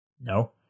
no